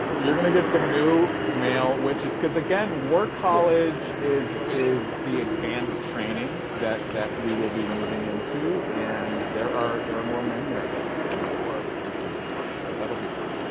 you're gonna get some new male witches. cause again, war college is the the advanced training that that we will be moving into. and there are there are more men there than than there were in season one. so, that'll be fun.